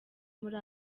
muri